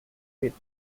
with